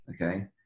Okay